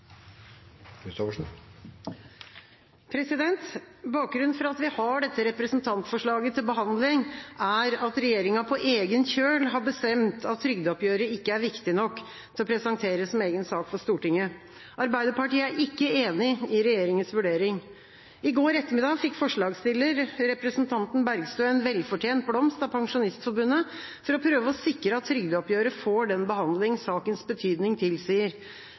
alvor. Bakgrunnen for at vi har dette representantforslaget til behandling, er at regjeringa på egen kjøl har bestemt at trygdeoppgjøret ikke er viktig nok til å presenteres som egen sak for Stortinget. Arbeiderpartiet er ikke enig i regjeringas vurdering. I går ettermiddag fikk forslagsstiller, representanten Kirsti Bergstø, en velfortjent blomst av Pensjonistforbundet for å prøve å sikre at trygdeoppgjøret får den behandling som sakens betydning